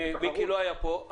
מיקי לא היה פה,